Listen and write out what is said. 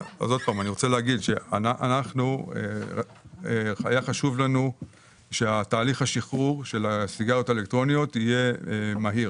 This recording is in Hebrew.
שהיה חשוב לנו שתהליך השחרור של הסיגריות האלקטרוניות יהיה מהיר